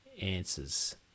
answers